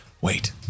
Wait